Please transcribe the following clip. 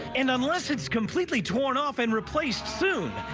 and unless it's completely torn off and replaced soon,